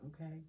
okay